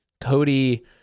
Cody